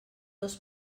dos